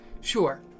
Sure